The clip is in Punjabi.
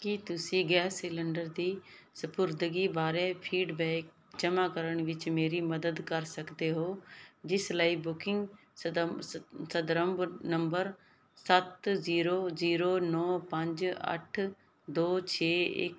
ਕੀ ਤੁਸੀਂ ਗੈਸ ਸਿਲੰਡਰ ਦੀ ਸਪੁਰਦਗੀ ਬਾਰੇ ਫੀਡਬੈਕ ਜਮ੍ਹਾਂ ਕਰਨ ਵਿੱਚ ਮੇਰੀ ਮਦਦ ਕਰ ਸਕਦੇ ਹੋ ਜਿਸ ਲਈ ਬੁਕਿੰਗ ਸੰਦਰਭ ਨੰਬਰ ਸੱਤ ਜ਼ੀਰੋ ਜ਼ੀਰੋ ਨੌਂ ਪੰਜ ਅੱਠ ਦੋ ਛੇ ਇੱਕ